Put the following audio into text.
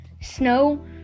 snow